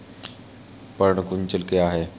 पर्ण कुंचन क्या है?